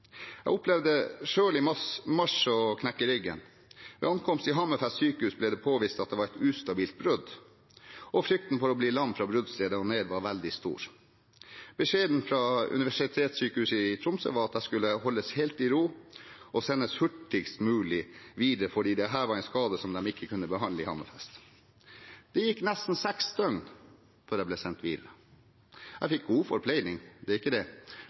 Jeg opplevde selv i mars å brekke ryggen. Ved ankomst til Hammerfest sykehus ble det påvist at det var et ustabilt brudd, og frykten for å bli lam fra bruddstedet og ned var veldig stor. Beskjeden fra Universitetssykehuset Nord-Norge i Tromsø var at jeg skulle holdes helt i ro og sendes hurtigst mulig videre, fordi dette var en skade de ikke kunne behandle i Hammerfest. Det gikk nesten seks døgn før jeg ble sendt videre. Jeg fikk god forpleining, det er ikke det,